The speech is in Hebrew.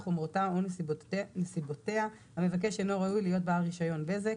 חומרתה או נסיבותיה המבקש אינו ראוי להיות בעל רישיון בזק,